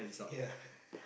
ya